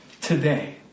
Today